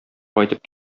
кайтып